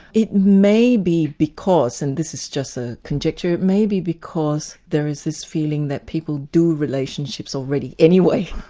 it may be because, and this is just a conjecture, it may be because there is this feeling that people do relationships already anyway.